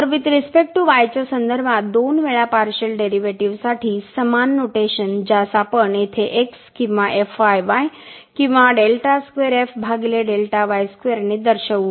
तर with respect to y च्या संदर्भात दोन वेळा पार्शिअल डेरीवेटीव साठी समान नोटेशन ज्यास आपण येथे x किंवा किंवा ने दर्शवू